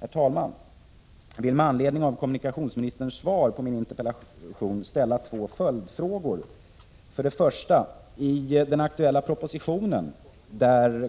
Herr talman! Jag vill med anledning av kommunikationsministerns svar ställa två följdfrågor. För det första: I den aktuella propositionen uttalade